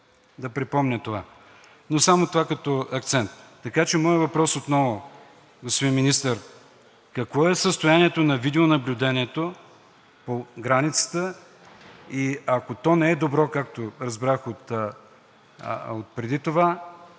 от МВР. Но това само като акцент. Така че моят въпрос отново, господин Министър, е: какво е състоянието на видеонаблюдението по границата и ако то не е добро, както разбрах преди това,